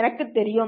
எனக்குத் தெரியும்